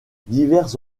diverses